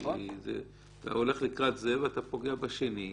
כי אתה הולך לקראת זה ואתה פוגע בשני.